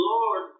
Lord